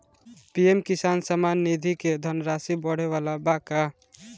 PM किसान सम्मान निधि क धनराशि बढ़े वाला बा का?